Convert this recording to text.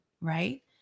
Right